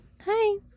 Hi